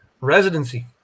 Residency